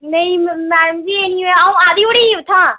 नेईं मैडम जी एह् निं होआ अ'ऊं आ दी थोह्ड़ी ही उत्थूआं